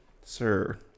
sir